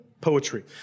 poetry